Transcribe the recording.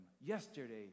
yesterday